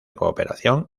cooperación